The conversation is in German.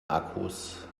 akkus